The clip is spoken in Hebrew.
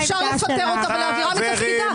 אפשר לפטר אותה ולהעבירה מתפקידה.